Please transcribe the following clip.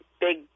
big